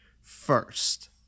first